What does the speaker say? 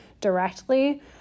directly